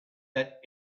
that